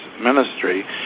ministry